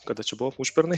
kada čia buvo užpernai